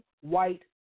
white